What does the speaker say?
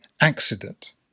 accident